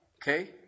Okay